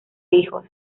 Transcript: hijos